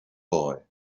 boy